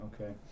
Okay